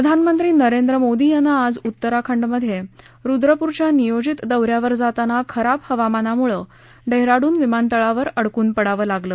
प्रधानमंत्री नरेंद्र मोदी यांना आज उत्तराखंडमधे रुद्रपूरच्या नियोजित दौऱ्यावर जाताना खराब हवामानामुळं डेहराडून विमानतळावर अडकून पडावं लागलं